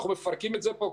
אנחנו מפרקים את זה פה,